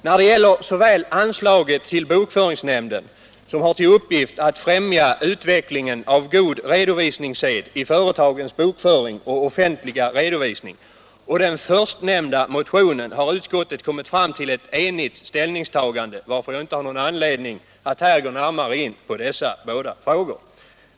När det gäller såväl anslaget till bokföringsnämnden, som har till uppgift att främja utvecklingen av god redovisningssed i företagens bokföring och offentliga redovisning, som den förstnämnda motionen har utskottet kommit fram till ett enigt ställningstagande, varför jag inte har någon anledning att här gå närmare in på dessa frågor.